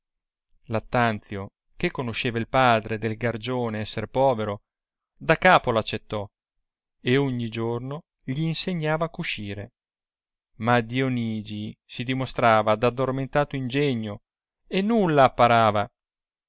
lattanzio che conosceva il padre del gargione esser povero da capo l'accettò e ogni giorno gì insegnava cuscire ma dionigi si dimostrava d'addormentato ingegno e nulla apparava